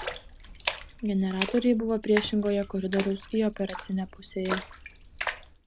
generatoriai buvo priešingoje koridoriaus į operacinę pusėje